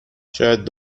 شاید